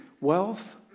Wealth